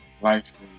Life